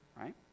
right